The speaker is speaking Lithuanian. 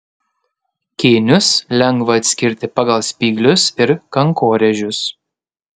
kėnius lengva atskirti pagal spyglius ir kankorėžius